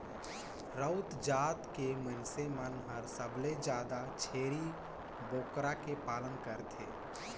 राउत जात के मइनसे मन हर सबले जादा छेरी बोकरा के पालन करथे